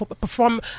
perform